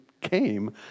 came